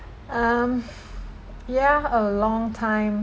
um yeah a long time